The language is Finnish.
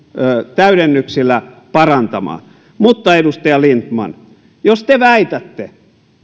täydennyksillä parantamaan mutta edustaja lindtman jos te väitätte